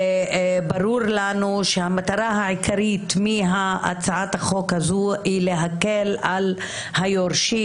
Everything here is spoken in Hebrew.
וברור לנו שהמטרה העיקרית מהצעת החוק הזו היא להקל על היורשים,